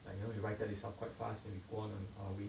that you only ride that itself quite fast and